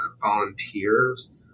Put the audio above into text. volunteers